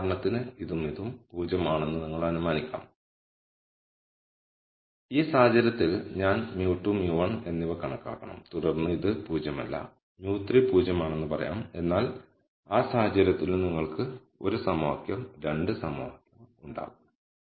ഉദാഹരണത്തിന് ഇതും ഇതും 0 ആണെന്ന് നിങ്ങൾക്ക് അനുമാനിക്കാം ഈ സാഹചര്യത്തിൽ ഞാൻ μ2 μ1 എന്നിവ കണക്കാക്കണം തുടർന്ന് ഇത് 0 അല്ല μ3 0 ആണെന്ന് പറയാം എന്നാൽ ആ സാഹചര്യത്തിലും നിങ്ങൾക്ക് 1 സമവാക്യം 2 സമവാക്യം ഉണ്ടാകും